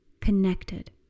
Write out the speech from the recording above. connected